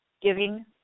giving